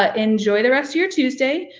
ah enjoy the rest of your tuesday.